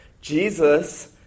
Jesus